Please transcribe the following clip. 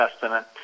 Testament